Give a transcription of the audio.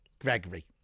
Gregory